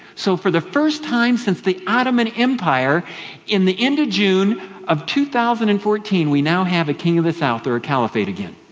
so for the first time since the ottoman empire in the end of june of two thousand and fourteen, we now have a king of the south, or a caliphate, again.